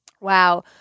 Wow